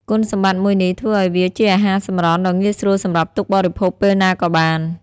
គុណសម្បត្តិមួយនេះធ្វើឲ្យវាជាអាហារសម្រន់ដ៏ងាយស្រួលសម្រាប់ទុកបរិភោគពេលណាក៏បាន។